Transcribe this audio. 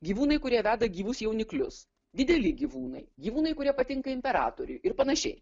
gyvūnai kurie veda gyvus jauniklius dideli gyvūnai gyvūnai kurie patinka imperatoriui ir panašiai